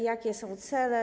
Jakie są cele?